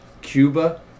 Cuba